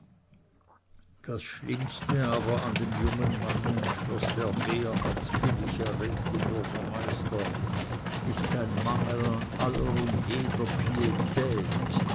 das schlimmste aber an dem jungen manne schloß der mehr als billig erregte bürgermeister ist sein mangel an aller und jeder pietät